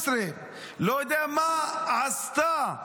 לא יודע מה עשתה,